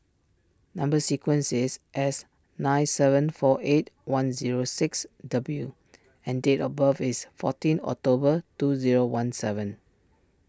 Number Sequence is S nine seven four eight one zero six W and date of birth is fourteen October two zero one seven